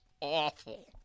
awful